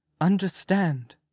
Understand